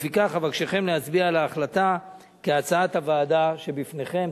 לפיכך אבקשכם להצביע על ההחלטה כהצעת הוועדה שבפניכם.